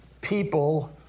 people